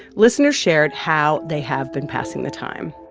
listeners shared how they have been passing the time